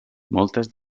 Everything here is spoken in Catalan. moltes